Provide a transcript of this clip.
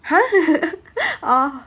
!huh! oh